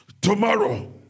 tomorrow